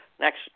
next